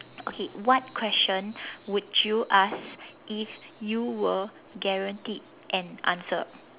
okay what question would you ask if you were guaranteed an answer